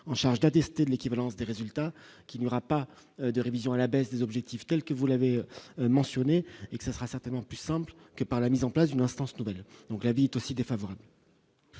en charge d'attester l'équivalence des résultats qu'il n'y aura pas de révision à la baisse des objectifs tels que vous l'avez mentionné et ce sera certainement plus simple que par la mise en place d'une instance nouvelle donc, la vie aussi défavorable.